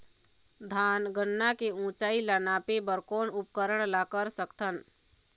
धान गन्ना के ऊंचाई ला नापे बर कोन उपकरण ला कर सकथन?